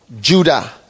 Judah